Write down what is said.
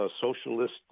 socialist